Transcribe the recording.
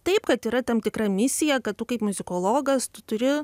taip kad yra tam tikra misija kad tu kaip muzikologas tu turi